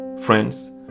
friends